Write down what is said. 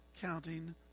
counting